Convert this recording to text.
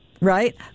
Right